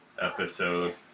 episode